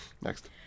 Next